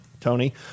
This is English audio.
Tony